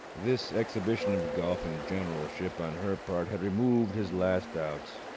this exhibition of golfing generalship on her part had removed his last doubts.